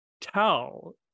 tell